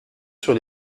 sur